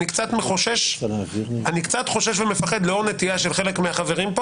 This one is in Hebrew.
אני קצת חושש ומפחד לאור הנטייה של חלק מהחברים פה,